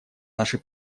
нашей